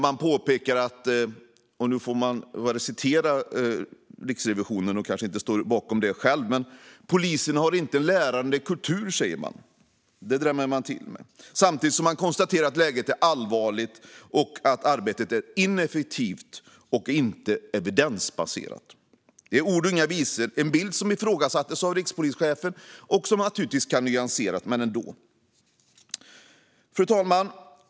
Man påpekar, och jag citerar ur Riksrevisionens rapport även om jag kanske inte står bakom det själv: "Polisen har inte en lärande kultur" drämmer man till med, samtidigt som man konstaterar att läget är allvarligt och att arbetet är ineffektivt och inte evidensbaserat. Det är ord och inga visor. Det är en bild som ifrågasatts av rikspolischefen och som naturligtvis kan nyanseras, men ändå. Fru talman!